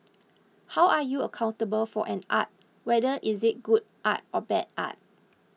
how are you accountable for an art whether is it good art or bad art